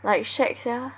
like shag sia